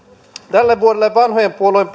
tälle vuodelle vanhojen puolueiden